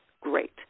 great